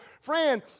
Friend